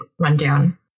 rundown